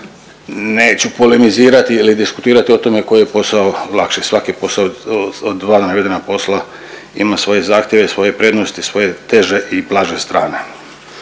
Neću polemizirati ili diskutirati o tome koji je posao lakši, svaki posao od dva navedena posla ima svoje zahtjeve, svoje prednosti, svoje teže i blaže strane.